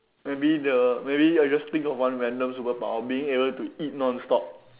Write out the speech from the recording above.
maybe the maybe I just think of one random superpower being able to eat non-stop